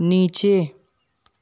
नीचे